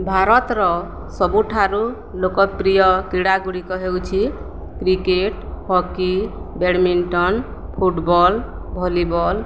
ଭାରତର ସବୁଠାରୁ ଲୋକପ୍ରିୟ କ୍ରୀଡ଼ା ଗୁଡ଼ିକ ହେଉଛି cricket hockey badminton football volleyball